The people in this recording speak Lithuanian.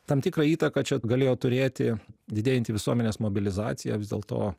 tam tikrą įtaką čia galėjo turėti didėjanti visuomenės mobilizacija vis dėlto